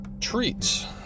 Treats